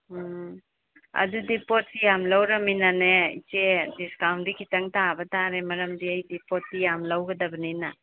ꯎꯝ ꯑꯗꯨꯗꯤ ꯄꯣꯠꯁꯤ ꯌꯥꯝ ꯂꯧꯔꯕꯅꯤꯅꯦ ꯏꯆꯦ ꯗꯤꯁꯀꯥꯎꯟꯗꯤ ꯈꯖꯤꯛꯇꯪ ꯇꯥꯕ ꯇꯥꯔꯦ ꯃꯔꯝꯗꯤ ꯑꯩꯗꯤ ꯄꯣꯠꯇꯤ ꯌꯥꯝ ꯂꯧꯒꯗꯕꯅꯤꯅ